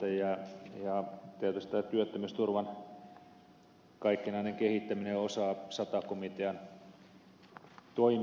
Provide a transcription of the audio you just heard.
tietysti tämän työttömyysturvan kaikkinainen kehittäminen on osa sata komitean toimialaa